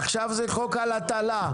עכשיו זה חוק על הטלה.